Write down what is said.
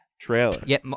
trailer